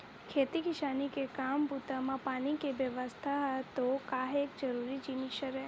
खेती किसानी के काम बूता म पानी के बेवस्था ह तो काहेक जरुरी जिनिस हरय